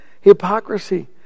hypocrisy